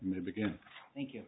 move again thank you